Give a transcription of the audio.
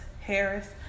Harris